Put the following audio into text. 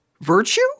Virtue